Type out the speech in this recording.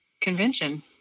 convention